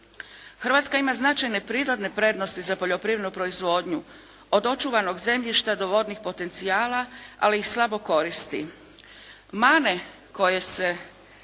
Hrvatska ima značajne prirodne prednosti za poljoprivrednu proizvodnju od očuvanog zemljišta do vodnih potencijala, ali ih slabo koristi. Mane koje se